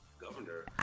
Governor